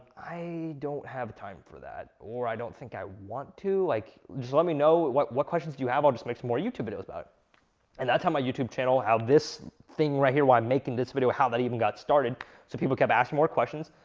i don't have time for that or i don't think i want to like, just let me know what what questions do you have i'll just make some more youtube videos about it and that's how my youtube channel, how this thing right here why i'm making this video, how that even got started so people kept asking more questions,